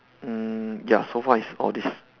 mm ya so far is all these